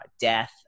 death